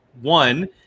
one